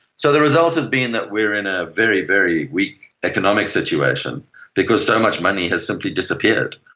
so the result has been that we are in a very, very weak economic situation because so much money has simply disappeared.